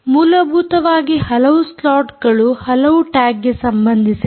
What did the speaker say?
ಮೂಲಭೂತವಾಗಿ ಹಲವು ಸ್ಲಾಟ್ಗಳು ಹಲವು ಟ್ಯಾಗ್ಗೆ ಸಂಬಂಧಿಸಿದೆ